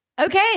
Okay